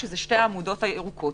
שזה שתי העמודות הירוקות.